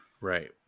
Right